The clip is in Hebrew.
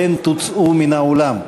פן תוצאו מן האולם.